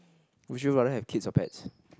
would you rather have kids or pets